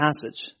passage